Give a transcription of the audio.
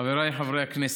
חבריי חברי הכנסת,